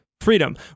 freedom